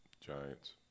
Giants